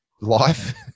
life